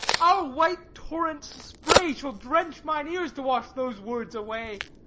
our white torrent's spray shall drench mine ears to wash those words away!